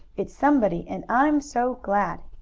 it's somebody, and i'm so glad!